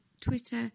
Twitter